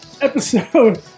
episode